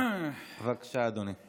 בבקשה, אדוני.